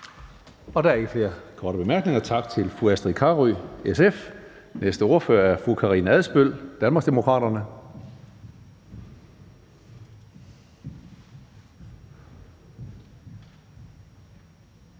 Der er ikke flere korte bemærkninger. Tak til fru Astrid Carøe, SF. Den næste ordfører er fru Karina Adsbøl, Danmarksdemokraterne.